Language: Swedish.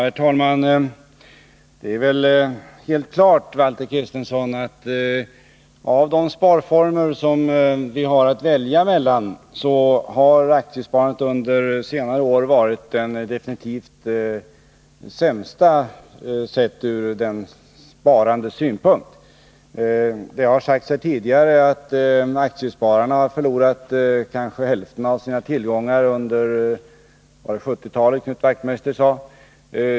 Herr talman! Det är väl helt klart, Valter Kristenson, att av de sparformer som vi har att välja mellan har aktiesparandet under senare 'år varit den definitivt sämsta, sett ur den sparandes synpunkt. Det har sagts här tidigare att aktiespararna förlorat kanske hälften av sina tillgångar under 1970-talet — jag tror att det var det som Knut Wachtmeister sade.